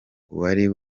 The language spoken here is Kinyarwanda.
uwari